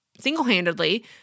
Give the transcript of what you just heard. single-handedly